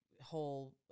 whole